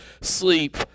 sleep